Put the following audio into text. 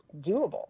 doable